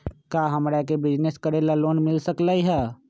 का हमरा के बिजनेस करेला लोन मिल सकलई ह?